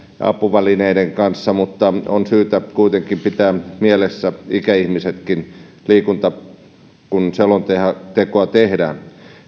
apuvälineiden kanssa mutta on kuitenkin syytä pitää mielessä ikäihmisetkin kun selontekoa tehdään